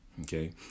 Okay